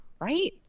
right